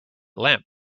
lamp